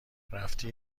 رفتی